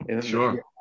Sure